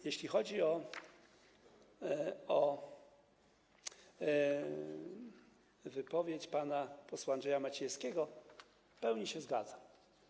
Jeśli chodzi o wypowiedź pana posła Andrzeja Maciejewskiego, to w pełni się z tym zgadzam.